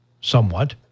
somewhat